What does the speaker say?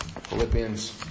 Philippians